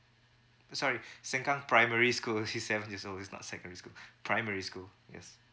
sorry sengkang primary school he's seven years old it's not secondary school primary school yes